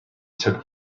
took